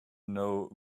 know